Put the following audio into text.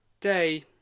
day